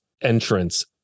entrance